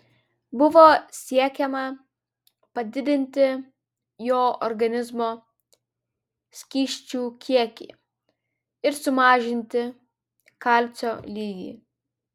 buvo siekiama padidinti jo organizmo skysčių kiekį ir sumažinti kalcio lygį